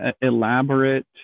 elaborate